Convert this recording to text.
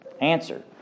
Answer